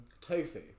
tofu